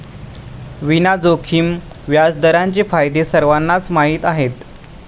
विना जोखीम व्याजदरांचे फायदे सर्वांनाच माहीत आहेत